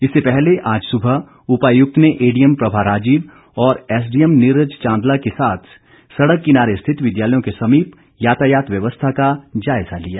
इससे पहले आज सुबह उपायुक्त ने ए डीएम प्रभा राजीव और एसडीएम नीरज चांदला के साथ सड़क किनारे स्थित विद्यालयों के समीप यातायात व्यवस्था का जायजा लिया